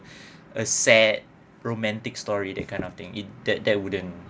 a sad romantic story that kind of thing it that that wouldn't